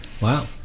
Wow